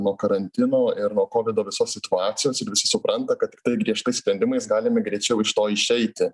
nuo karantino ir nuo kovido visos situacijos visi supranta kad tiktai griežtais sprendimais galime greičiau iš to išeiti